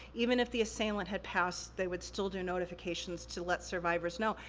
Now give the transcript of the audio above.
even if the assailant had passed, they would still do notifications to let survivors know,